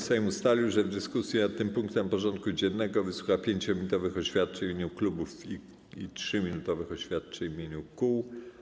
Sejm ustalił, że w dyskusji nad tym punktem porządku dziennego wysłucha 5-minutowych oświadczeń w imieniu klubów i 3-minutowych oświadczeń w imieniu kół.